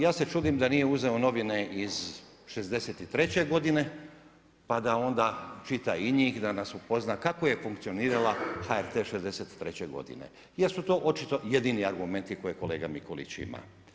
Ja se čudim da nije uzeo novine iz šezdeset i treće godine, pa da onda čita i njih, da nas upozna kako je funkcionirala HRT '63. godine, jer su to očito jedini argumenti koje kolega Mikulić ima.